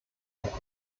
auf